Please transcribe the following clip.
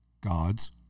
God's